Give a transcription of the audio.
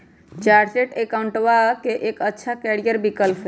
chartered अकाउंटेंटवा के एक अच्छा करियर विकल्प हई